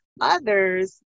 others